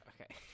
okay